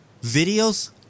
videos